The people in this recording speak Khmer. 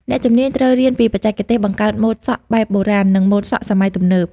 អ្នកជំនាញត្រូវរៀនពីបច្ចេកទេសបង្កើតម៉ូដសក់បែបបុរាណ និងម៉ូដសក់សម័យទំនើប។